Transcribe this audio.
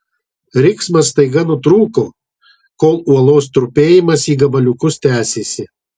riksmas staiga nutrūko kol uolos trupėjimas į gabaliukus tęsėsi